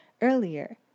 earlier